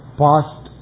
past